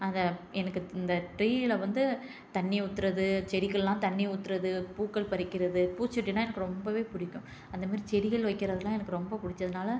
அதை எனக்கு இந்த ட்ரீயில் வந்து தண்ணீர் ஊத்துறது செடிக்குலாம் தண்ணீர் ஊத்துறது பூக்கள் பறிக்கிறது பூச்செடினால் எனக்கு ரொம்ப பிடிக்கும் அந்தமாரி செடிகள் வைக்கிறதுலாம் எனக்கு ரொம்ப பிடிச்சதுனால